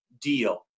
deal